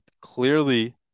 clearly